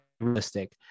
realistic